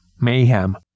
mayhem